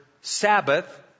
Sabbath